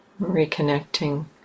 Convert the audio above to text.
reconnecting